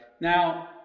now